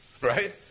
right